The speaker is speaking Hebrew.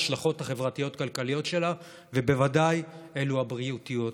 ההשלכות החברתיות הכלכליות שלה ובוודאי אלו הבריאותיות.